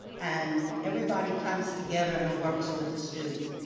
and everybody comes together and works with the students.